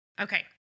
Okay